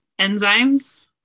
enzymes